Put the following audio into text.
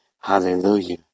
Hallelujah